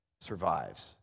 survives